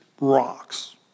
rocks